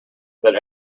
that